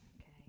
Okay